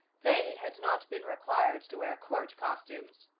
they had not been required to wear court costumes.